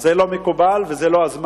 אז זה לא מקובל וזה לא הזמן.